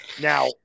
Now